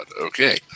Okay